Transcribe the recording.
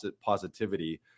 positivity